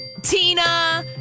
Tina